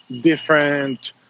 different